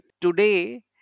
Today